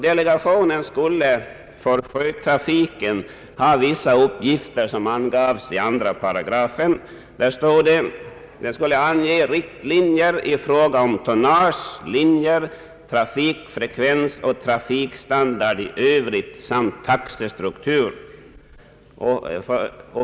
Delegationen skulle för sjötrafiken ha vissa uppgifter, som ansavs i andra paragrafen. Där står att delegationen skulle ange riktlinjer i fråga om tonnage, linjer, trafikfrekvens och trafikstandard i övrigt samt taxestruktur.